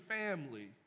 family